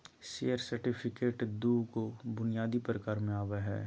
share certificate दू गो बुनियादी प्रकार में आवय हइ